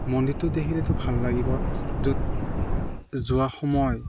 মন্দিৰটো দেখিলেতো ভাল লাগিব য'ত যোৱা সময়